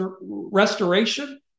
restoration